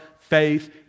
faith